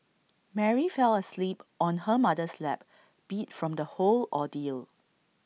Mary fell asleep on her mother's lap beat from the whole ordeal